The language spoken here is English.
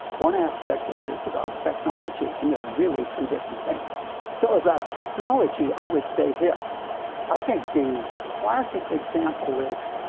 one aspect of it is about technology, and they're really two different things. so, about technology i would say this i think the classic example is,